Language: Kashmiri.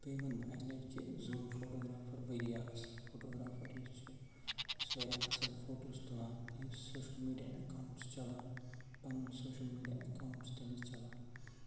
بیٚیہِ وَنہٕ بہٕ اَکہِ لَٹہِ کہ زوٗن فوٹَوگرافَر واریاہ اَصٕل فوٹوگرافَر یُس چھِ یُس واریاہ اَصٕل فوٹو چھِ تُلان یُس سوشَل میٖڈِیا اٮ۪کاوٕنٛٹ چھِ چلان پَنُن سوشَل میٖڈِیا اٮ۪کاوٕنٛٹ چھِ تٔمِس چلان